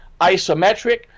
isometric